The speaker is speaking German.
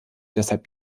deshalb